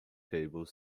cable